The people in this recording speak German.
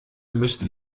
müsste